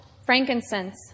Frankincense